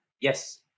yes